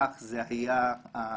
כך זה היה העניין